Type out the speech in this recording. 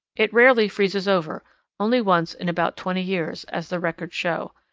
it rarely freezes over only once in about twenty years, as the records show.